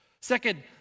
Second